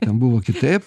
ten buvo kitaip